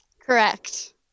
Correct